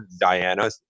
Diana